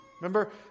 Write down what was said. Remember